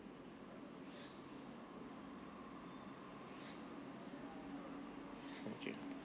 okay